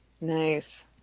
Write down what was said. Nice